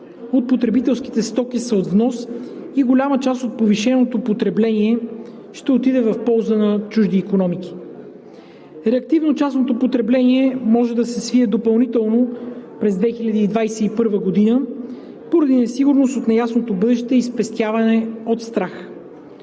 от потребителските стоки са от внос и голяма част от повишеното потребление ще отиде в полза на чужди икономики. Реактивното частно потребление може да се свие допълнително през 2021 г. поради несигурност от неясното бъдеще и спестяване от страх.